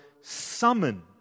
summon